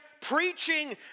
preaching